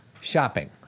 Shopping